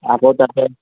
আকৌ তাতে